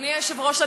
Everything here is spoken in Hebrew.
אדוני היושב-ראש,